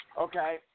okay